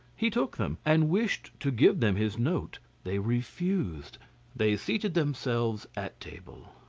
he took them, and wished to give them his note they refused they seated themselves at table.